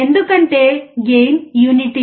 ఎందుకంటే gain unity